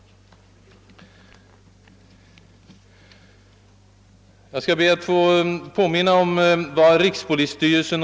Jag skall be att få påminna om vad rikspolisstyrelsen .